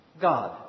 God